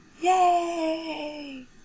Yay